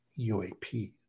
UAPs